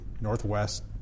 Northwest